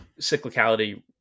cyclicality